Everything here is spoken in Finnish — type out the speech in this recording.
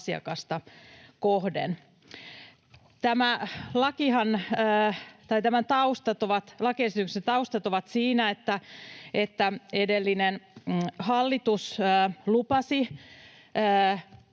asiakasta kohden. Tämän lakiesityksen taustathan ovat siinä, että edellinen hallitus lupasi